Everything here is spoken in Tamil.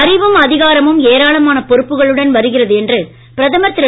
அறிவும் அதிகாரமும் ஏராளமான பொறுப்புகளுடன் வருகிறது என்று பிரதமர் திரு